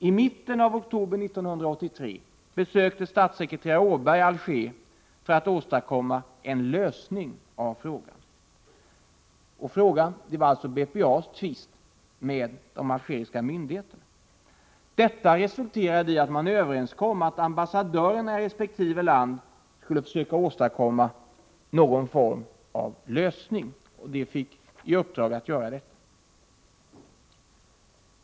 I mitten av oktober 1983 besökte statssekreterare Carl Johan Åberg Alger för att försöka åstadkomma en lösning av BPA:s tvist med de algeriska myndigheterna. Detta resulterade i att man överenskom att ambassadörerna i resp. land skulle försöka åstadkomma någon form av lösning, och de fick i uppdrag att göra detta.